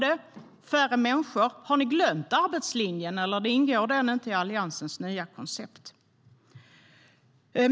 Det blir färre människor - har ni glömt arbetslinjen eller ingår det i Alliansens nya koncept?